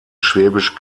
schwäbisch